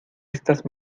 estas